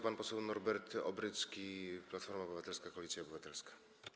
Pan poseł Norbert Obrycki, Platforma Obywatelska - Koalicja Obywatelska.